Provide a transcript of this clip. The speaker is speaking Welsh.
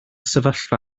sefyllfa